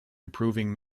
improving